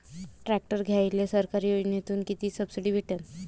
Tractor घ्यायले सरकारच्या योजनेतून किती सबसिडी भेटन?